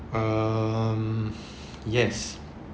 um yes